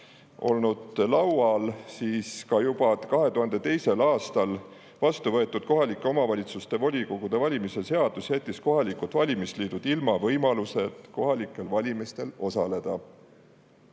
olnud laual, jättis juba 2002. aastal vastuvõetud kohaliku omavalitsuse volikogu valimise seadus kohalikud valimisliidud ilma võimalusest kohalikel valimistel osaleda.